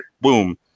boom